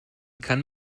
kann